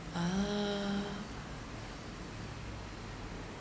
ah